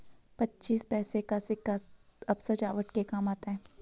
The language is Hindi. पच्चीस पैसे का सिक्का अब सजावट के काम आता है